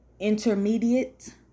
Intermediate